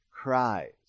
Cries